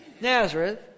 Nazareth